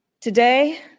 Today